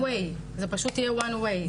זה פשוט יהיה חד צדדי,